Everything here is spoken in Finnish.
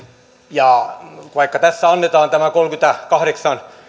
ja vaikka tässä annetaan tämä kolmekymmentäkahdeksan pilkku